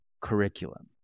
curriculum